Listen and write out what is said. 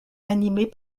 animée